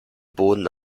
boden